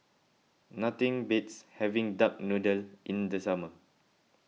nothing beats having Duck Noodle in the summer